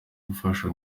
gufasha